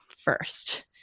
first